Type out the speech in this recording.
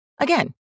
Again